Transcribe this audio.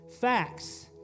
Facts